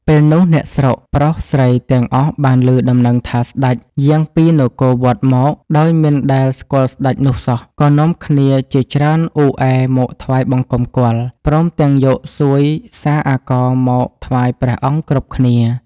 ពេលនោះ អ្នកស្រុកប្រុសស្រីទាំងអស់បានឮដំណឹងថាសេ្តចយាងពីនគរវត្តមក ដោយមិនដែលស្គាល់សេ្តចនោះសោះ ក៏នាំគ្នាជាច្រើនអ៊ូអែមកថ្វាយបង្គំគាល់ ព្រមទាំងយកសួយអាកររមកថ្វាយព្រះអង្គគ្រប់គ្នា។